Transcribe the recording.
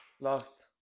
Lost